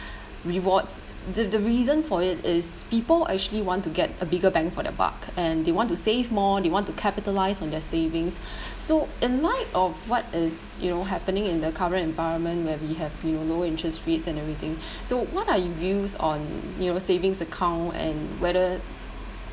rewards the the reason for it is people actually want to get a bigger bang for their buck and they want to save more they want to capitalise on their savings so in light of what is you know happening in the current environment where we have you know low interest rates and everything so what are your views on you know savings account and whether